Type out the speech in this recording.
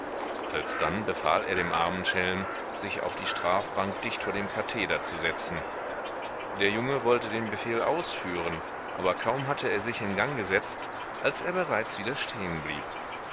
alsdann befahl er dem armen schelm sich auf die strafbank dicht vor dem katheder zu setzen der junge wollte den befehl ausführen aber kaum hatte er sich in gang gesetzt als er bereits wieder